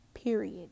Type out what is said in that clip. Period